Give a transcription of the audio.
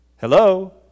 Hello